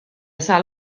sal